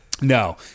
No